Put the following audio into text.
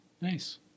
Nice